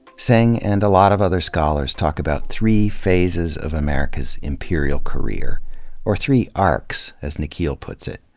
singh and a lot of other scholars talk about three phases of america's imperial career or three arcs, as nikhil puts it.